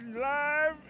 live